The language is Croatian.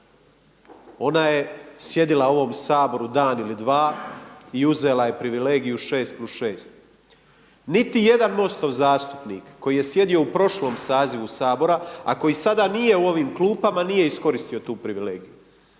Ona je sjedila u ovom Saboru dan ili dva i uzela je privilegiju 6+6. Niti jedan MOST-ov zastupnik koji je sjedio u prošlom sazivu Saboru a koji sada nije u ovim klupama nije iskoristio tu privilegiju.